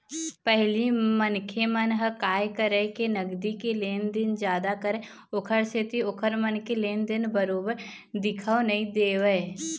पहिली मनखे मन ह काय करय के नगदी के लेन देन जादा करय ओखर सेती ओखर मन के लेन देन बरोबर दिखउ नइ देवय